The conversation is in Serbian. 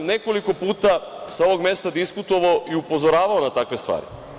Nekoliko puta sam sa ovog mesta diskutovao i upozoravao na takve stvari.